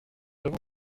avons